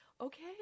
Okay